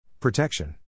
Protection